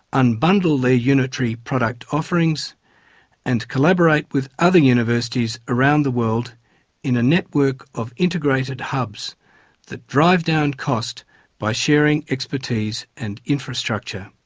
unbundle their unitary product offerings and collaborate with other universities around the world in a network of integrated hubs that drive down cost by sharing expertise and infrastructure.